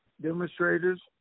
Demonstrators